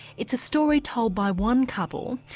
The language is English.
it's a story told by one couple,